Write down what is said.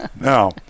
Now